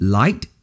light